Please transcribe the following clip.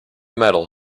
metal